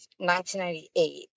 1998